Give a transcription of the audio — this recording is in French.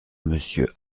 monsieur